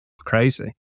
Crazy